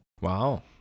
Wow